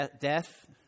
death